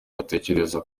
batekereza